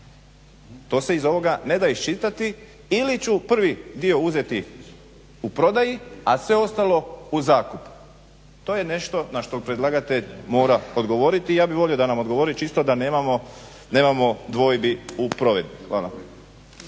To se iz ovoga ne da iščitati ili ću prvi dio uzeti u prodaji, a sve ostalo u zakup. To je nešto na što predlagatelj mora odgovoriti, i ja bi volio da nam odgovori čisto da nemamo dvojbi u provedbi. Hvala.